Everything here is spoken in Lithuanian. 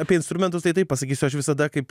apie instrumentus tai taip pasakysiu aš visada kaip